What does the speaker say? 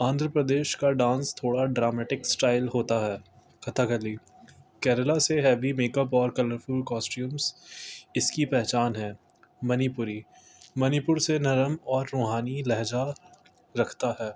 آندھر پردیش کا ڈانس تھوڑا dramatic style ہوتا ہے کتااکلی کیرلا سے ہیوی میک اپ اور کلرفل کاسٹیومس اس کی پہچان ہے منی پوری منی پور سے نرم اور روحانی لہجہ رکھتا ہے